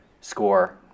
score